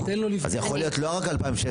אז יכול להיות לא רק 2016,